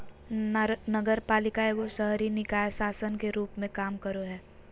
नगरपालिका एगो शहरी निकाय शासन के रूप मे काम करो हय